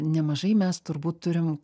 nemažai mes turbūt turim